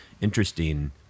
interesting